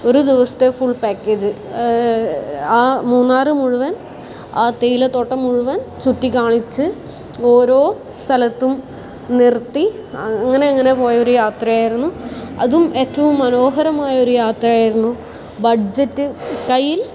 ഒരു ദിവസത്തെ full package ആ മൂന്നാർ മുഴുവൻ ആ തേയില തോട്ടം മുഴുവൻ ചുറ്റി കാണിച്ച് ഓരോ സ്ഥലത്തും നിർത്തി അങ്ങനെ അങ്ങനെ പോയ ഒരു യാത്രയായിരുന്നു അതും ഏറ്റവും മനോഹരമായ ഒരു യാത്രയായിരുന്നു ബഡ്ജറ്റ് കയ്യിൽ